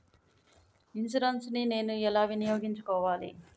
Insurance ని నేను ఎలా వినియోగించుకోవాలి?